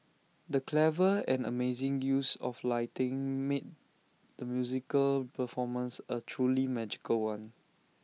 the clever and amazing use of lighting made the musical performance A truly magical one